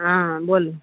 हँ बोलू